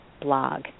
blog